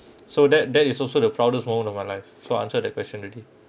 so that there is also the proudest moment of my life so answer the question already